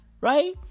right